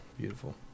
beautiful